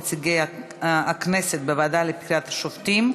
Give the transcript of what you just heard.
נציגי הכנסת בוועדה לבחירת שופטים),